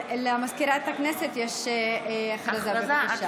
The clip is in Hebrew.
הודעה למזכירת הכנסת, בבקשה.